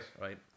right